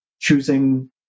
choosing